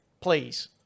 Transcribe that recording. please